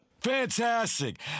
Fantastic